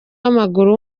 w’amaguru